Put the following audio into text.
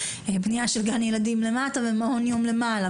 בנייה של גן ילדים למטה ומעון יום למעלה.